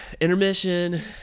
intermission